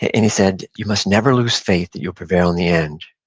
and he said, you must never lose faith that you'll prevail in the end.